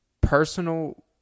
personal